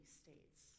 states